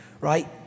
right